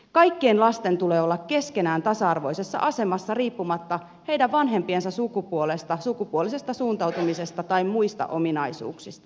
kaikkien lasten tulee olla keskenään tasa arvoisessa asemassa riippumatta heidän vanhempiensa sukupuolesta sukupuolisesta suuntautumisesta tai muista ominaisuuksista